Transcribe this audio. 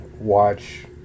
watch